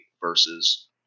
versus